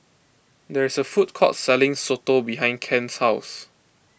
there is a food court selling Soto behind Kent's house